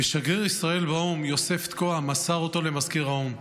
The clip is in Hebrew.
שגריר ישראל באו"ם יוסף תקוע מסר אותו למזכיר האו"ם.